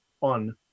on